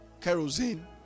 kerosene